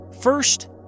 First